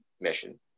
mission